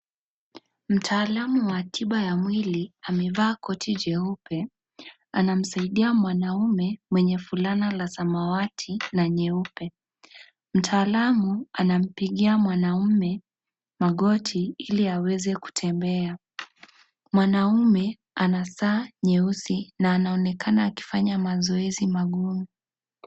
Mtaalamu wa tiba ya mwili amevaa koti jeupe, anamsaidia mwanamme mwenye fulana la samawati na nyeupe. Mtaalamu anampigia mwanamme magoti ili aweze kutembea. Mwanamme ana saa nyeusi na anaonekana akifanya mazoezi magumu.